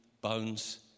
bones